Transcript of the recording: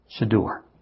Shadur